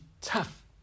tough